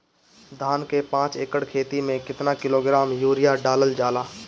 धान के पाँच एकड़ खेती में केतना किलोग्राम यूरिया डालल जाला?